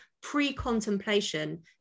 pre-contemplation